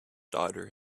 daughter